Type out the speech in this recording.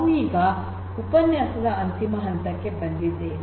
ನಾವು ಈಗ ಉಪನ್ಯಾಸದ ಅಂತಿಮ ಹಂತಕ್ಕೆ ಬಂದಿದ್ದೇವೆ